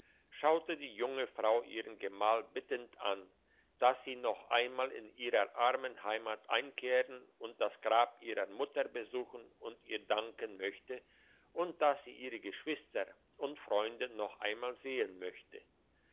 schaute die junge frau ihren gemahl bittend an dass sie noch einmal in ihrer armen heimat einkehren und das grab ihrer mutter besuchen und ihr danken möchte und dass sie ihre geschwister und freunde noch einmal sehen möchte